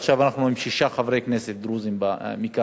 עכשיו אנחנו עם שישה חברי כנסת דרוזים מכהנים,